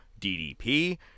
DDP